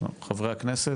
חברי הכנסת?